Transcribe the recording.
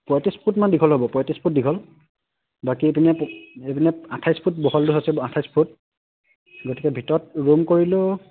পঁয়ত্ৰিছ ফুটমান দীঘল হ'ব পঁয়ত্ৰিছ ফুট দীঘল বাকী এইপিনে এইপিনে আঠাইছ ফুট বহলটো হৈছে আঠাইছ ফুট গতিকে ভিতৰত ৰুম কৰিলেও